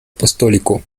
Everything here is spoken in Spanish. apostólico